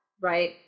right